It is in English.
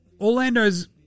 Orlando's